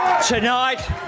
Tonight